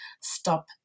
stop